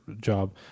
job